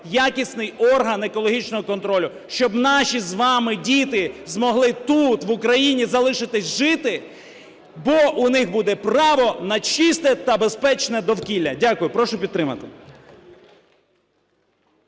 якісний орган екологічного контролю. Щоб наші з вами діти змогли тут в Україні залишитись жити бо у них буде право на чисте та безпечне довкілля. Дякую. Прошу підтримати.